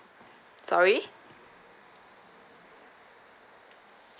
sorry